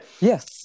yes